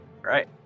Right